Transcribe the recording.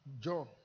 John